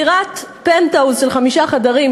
דירת פנטהאוז של חמישה חדרים,